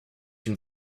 une